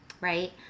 right